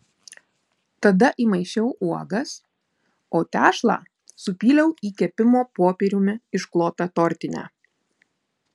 tada įmaišiau uogas o tešlą supyliau į kepimo popieriumi išklotą tortinę